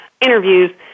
interviews